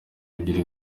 ebyiri